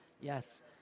Yes